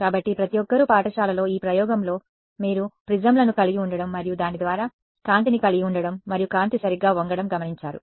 కాబట్టి ప్రతి ఒక్కరూ పాఠశాలలో ఈ ప్రయోగంలో మీరు ప్రిజమ్లను కలిగి ఉండటం మరియు దాని ద్వారా కాంతిని కలిగి ఉండటం మరియు కాంతి సరిగ్గా వంగడం గమనించారు